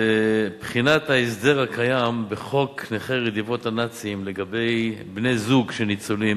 בחינת ההסדר הקיים בחוק נכי רדיפות הנאצים לגבי בני-זוג של ניצולים